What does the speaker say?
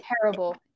terrible